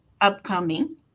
upcoming